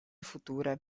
future